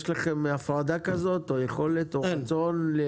יש לכם הפרדה כזאת, יכולת או רצון?